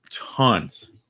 tons